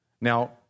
Now